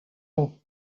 ans